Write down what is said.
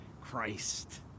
Christ